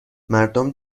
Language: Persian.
مردم